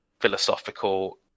philosophical